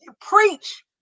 preach